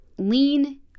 Lean